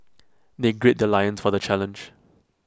they grid their loins for the challenge